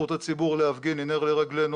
זכות הציבור להפגין היא נר לרגלינו